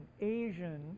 Asian